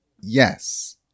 yes